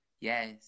Yes